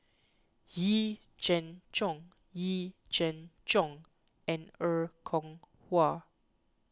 Yee Jenn Jong Yee Jenn Jong and Er Kwong Wah